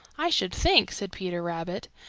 i should think, said peter rabbit,